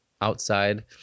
outside